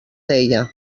deia